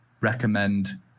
recommend